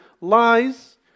lies